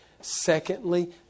Secondly